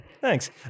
Thanks